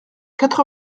quatre